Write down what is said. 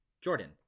Jordan